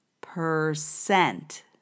percent